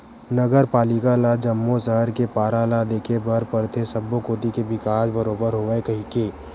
नगर पालिका ल तो जम्मो सहर के पारा ल देखे बर परथे सब्बो कोती के बिकास बरोबर होवय कहिके